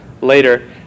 later